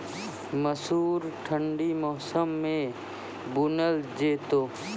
मसूर ठंडी मौसम मे बूनल जेतै?